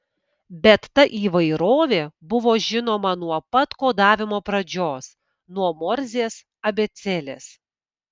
bet ta įvairovė buvo žinoma nuo pat kodavimo pradžios nuo morzės abėcėlės